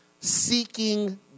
seeking